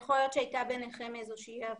יכול להיות שהייתה ביניכם איזה שהיא אי הבנה.